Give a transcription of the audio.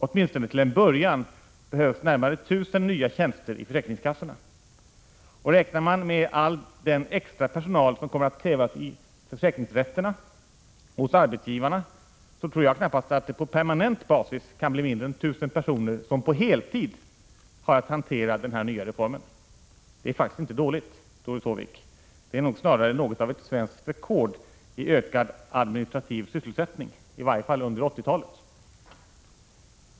Åtminstone till en början behövs närmare 1 000 nya tjänster i försäkringskassorna. Räknar man med all den extra personal som kommer att krävas i försäkringsrätterna och hos arbetsgivarna tror jag knappast att det på permanent basis kan bli mindre än 1 000 personer som på heltid har att hantera den nya reformen. Det är inte dåligt, Doris Håvik — det är snarare något av ett svenskt rekord i ökad administrativ sysselsättning, i varje fall under 1980-talet.